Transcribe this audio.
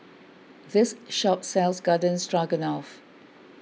this shop sells Garden Stroganoff